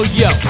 yo